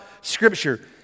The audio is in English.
Scripture